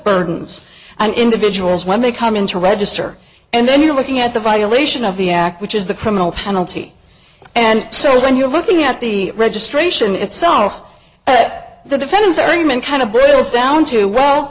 burdens on individuals when they come in to register and then you're looking at the violation of the act which is the criminal penalty and so when you're looking at the registration itself that the defendants are human kind of brill's down to well